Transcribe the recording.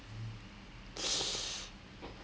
the whole days is gone lah அதோட அதான்:athoda athaan